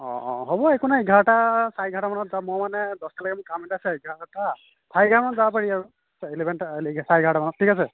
অঁ অঁ হ'ব একো নাই এঘাৰ চাৰে এঘাৰটামানত যাম মোৰ মানে দছটালৈকে মোৰ কাম আছে এঘাৰটা চাৰে এঘাৰটা মানত যাব পাৰি আৰু ইলেভেন চাৰে এঘাৰটা মানত ঠিক আছে